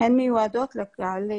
לא יתפקד.